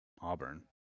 Auburn